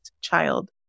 child